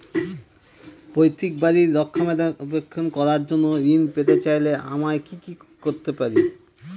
পৈত্রিক বাড়ির রক্ষণাবেক্ষণ করার জন্য ঋণ পেতে চাইলে আমায় কি কী করতে পারি?